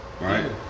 Right